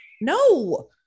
No